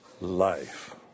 life